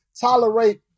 tolerate